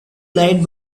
light